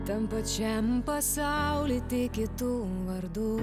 tam pačiam pasauly tik kitu vardu